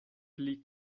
pli